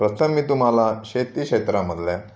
प्रथम मी तुम्हाला शेती क्षेत्रामधल्या